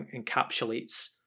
encapsulates